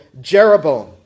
Jeroboam